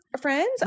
friends